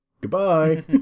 Goodbye